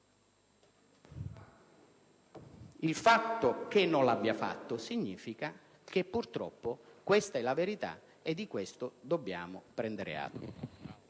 ha fatto e ciò significa che purtroppo questa è la verità e di questo dobbiamo prendere atto